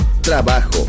trabajo